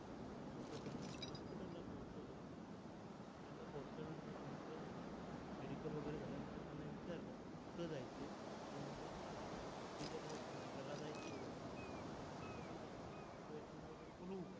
आणि नंतर त्यांना मी हॉस्पिटलला पोहोचवलं हॉस्पिटलला पोहोचल्यानंतर त्यांचं मेडिकल वगैरे झाल्यानंतर त्यांना विचारलं कुठे जायचं आहे ते म्हणले लीगं जायचं आहे नगरला जायचं होतं त्यांना आणि मी त्यांना विचारलं तुमच्या नातेवाईकांना वगैरे बोलवू का